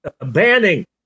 banning